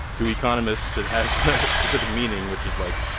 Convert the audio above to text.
to economists, it has a specific meaning, which is, like,